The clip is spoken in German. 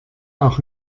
auch